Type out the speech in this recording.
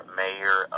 mayor